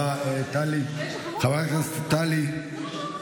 מעצבן, טלי, זה מעצבן, אין מה לעשות.